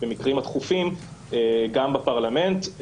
במקרים הדחופים גם בפרלמנט.